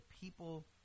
people